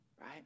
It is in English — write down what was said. Right